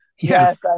Yes